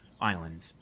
islands